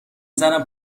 زنم